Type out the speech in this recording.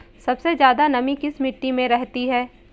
सबसे ज्यादा नमी किस मिट्टी में रहती है?